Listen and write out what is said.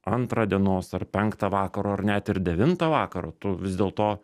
antrą dienos ar penktą vakaro ar net ir devintą vakaro tu vis dėlto